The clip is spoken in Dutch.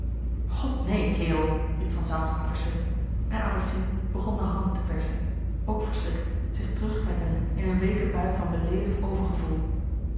neen kerel riep van saetzema verschrikt en adolfine begon de handen te persen ook verschrikt zich terugtrekkende in een weeke bui van beleedigd